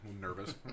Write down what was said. nervous